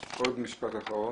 עוד משפט אחרון.